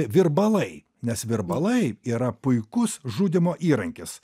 virbalai nes virbalai yra puikus žudymo įrankis